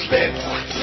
Spit